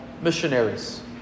missionaries